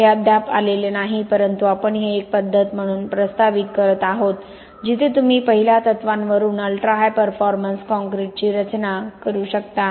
हे अद्याप आलेले नाही परंतु आपण हे एक पद्धत म्हणून प्रस्तावित करत आहोत जिथे तुम्ही पहिल्या तत्त्वांवरून अल्ट्रा हाय परफॉर्मन्स कॉंक्रिटची रचना करू शकता